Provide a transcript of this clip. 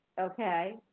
Okay